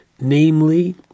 Namely